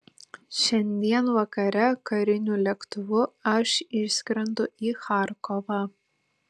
šiandien vakare kariniu lėktuvu aš išskrendu į charkovą